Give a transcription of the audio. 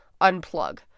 unplug